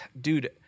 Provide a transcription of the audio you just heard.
dude